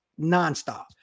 nonstop